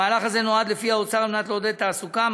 המהלך הזה נועד, לפי האוצר, לעודד תעסוקה.